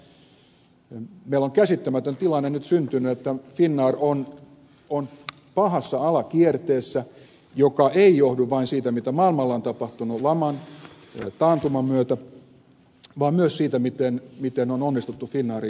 meillä on käsittämätön tilanne nyt syntynyt että finnair on pahassa alakierteessä joka ei johdu vain siitä mitä maailmalla on tapahtunut laman taantuman myötä vaan myös siitä miten on onnistuttu finnairin johtamisessa